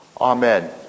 Amen